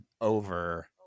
over